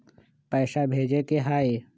पैसा भेजे के हाइ?